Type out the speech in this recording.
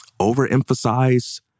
overemphasize